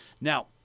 now